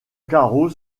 carreau